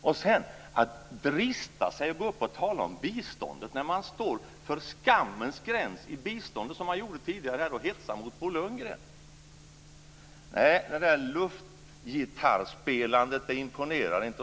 Han dristade sig sedan att gå upp och tala om biståndet och hytte mot Bo Lundgren, trots att man har nått en skammens gräns i biståndet. Detta luftgitarrspelande imponerar inte.